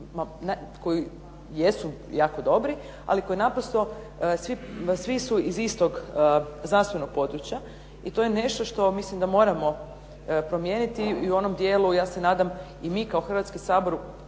koji jesu jako dobri, ali koji naprosto svi su iz istog znanstvenog područja i to je nešto što mislim da moramo promijeniti i u onom dijelu ja se nadam i mi kao Hrvatski sabor